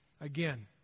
Again